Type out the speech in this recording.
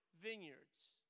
vineyards